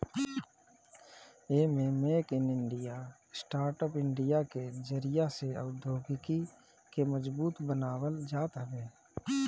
एमे make in India, startup India के जरिया से औद्योगिकी के मजबूत बनावल जात हवे